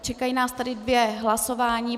Čekají nás tedy dvě hlasování.